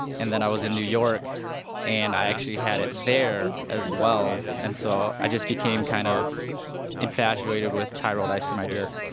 and i was in new york and i actually had it there as well. and so, i just became kind of infatuated with thai rolled ice cream ideas.